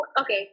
okay